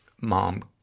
mom